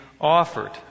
offered